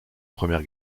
première